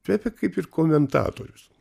pepė kaip ir komentatorius